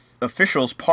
officials